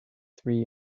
three